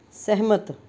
ਸਹਿਮਤ